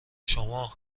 شما